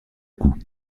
coup